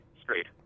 Straight